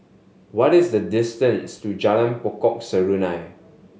what is the distance to Jalan Pokok Serunai